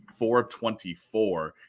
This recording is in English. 424